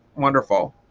wonderful.